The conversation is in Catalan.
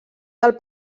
del